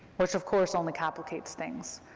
which of course only complicates things.